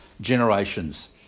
generations